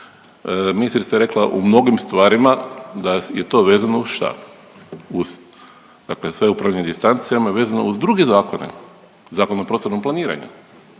Ministrice rekla, u mnogim stvarima da je to vezano uz, šta? Uz, dakle sve upravljanje .../Govornik se ne razumije./... vezano uz druge zakone, Zakon o prostornom planiranju,